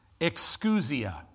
Excusia